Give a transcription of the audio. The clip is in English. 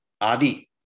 adi